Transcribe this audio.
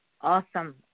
Awesome